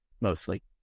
Mostly